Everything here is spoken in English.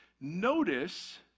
Notice